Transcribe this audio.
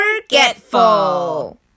forgetful